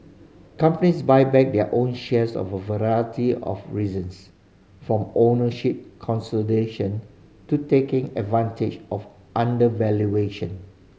companies buy back their own shares for a variety of reasons from ownership consolidation to taking advantage of undervaluation